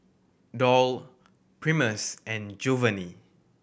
Doyle Primus and Jovanny